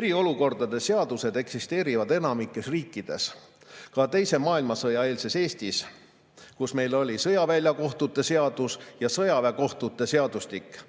Eriolukordade seadused eksisteerivad enamikus riikide. Ka teise maailmasõja eelses Eestis oli sõjavälja kohtute seadus ja sõjaväekohtute seadustik